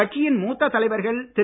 கட்சியின் மூத்த தலைவர்கள் திரு